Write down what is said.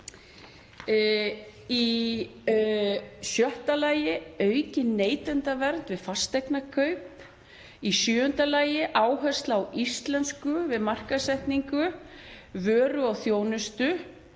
Í sjötta lagi aukin neytendavernd við fasteignakaup. Í sjöunda lagi áhersla á íslensku við markaðssetningu vöru og þjónustu.